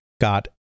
got